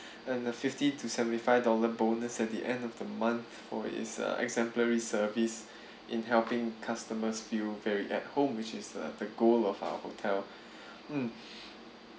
uh fifty to seventy five dollar bonus at the end of the month for his uh exemplary service in helping customers feel very at home which is uh the goal of our hotel mm